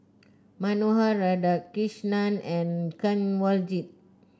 Manohar Radhakrishnan and Kanwaljit